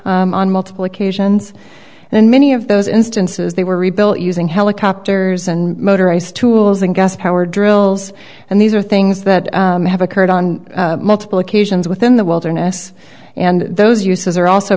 on multiple occasions and in many of those instances they were rebuilt using helicopters and motorized tools and gas powered drills and these are things that have occurred on multiple occasions within the wilderness and those uses are also